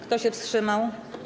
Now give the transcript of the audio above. Kto się wstrzymał?